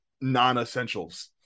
non-essentials